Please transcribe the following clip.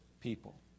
people